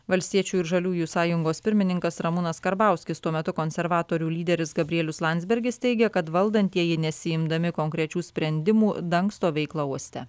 valstiečių ir žaliųjų sąjungos pirmininkas ramūnas karbauskis tuo metu konservatorių lyderis gabrielius landsbergis teigia kad valdantieji nesiimdami konkrečių sprendimų dangsto veiklą uoste